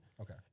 Okay